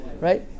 right